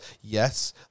Yes